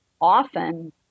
often